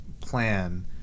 plan